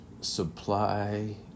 supply